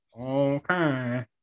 Okay